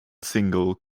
single